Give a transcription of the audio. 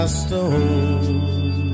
stone